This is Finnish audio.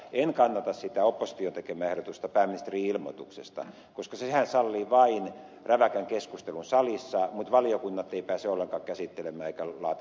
en kannata sitä opposition tekemää ehdosta pääministerin ilmoituksesta koska sehän sallii vain räväkän keskustelun salissa mutta valiokunnat eivät pääse ollenkaan asiaa käsittelemään eivätkä laatimaan mitään mietintöä